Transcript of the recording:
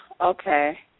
Okay